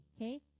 okay